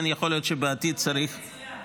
יכול להיות --- רעיון מצוין.